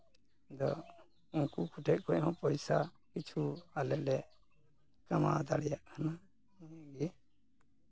ᱟᱫᱚ ᱩᱝᱠᱩ ᱠᱚ ᱴᱷᱮᱡ ᱠᱷᱚᱡ ᱦᱚᱸ ᱯᱚᱭᱥᱟ ᱠᱤᱪᱷᱩ ᱟᱞᱮ ᱞᱮ ᱠᱟᱢᱟᱣ ᱫᱟᱲᱮᱭᱟᱜ ᱠᱟᱱᱟ ᱱᱤᱭᱟᱹ ᱜᱮ